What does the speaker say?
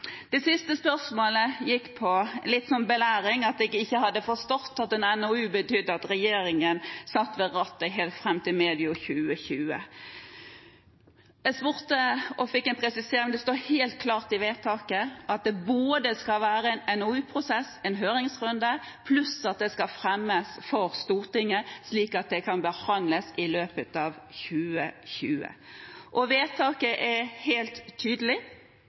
Det siste spørsmålet gikk litt på belæring, at jeg ikke hadde forstått at en NOU betyr at regjeringen sitter ved rattet helt fram til medio 2020. Jeg spurte og fikk en presisering, det står helt klart i vedtaket at det skal være både en NOU-prosess og en høringsrunde, pluss at det skal fremmes for Stortinget, slik at det kan behandles i løpet av 2020. Vedtaket er helt tydelig,